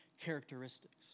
characteristics